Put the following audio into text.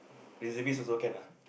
reservist also can ah